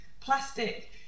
plastic